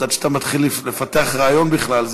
עד שאתה מתחיל לפתח רעיון בכלל,